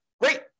Great